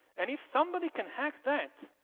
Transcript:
and if somebody can hack that,